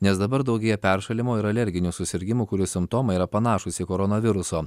nes dabar daugėja peršalimo ir alerginių susirgimų kurių simptomai yra panašūs į koronaviruso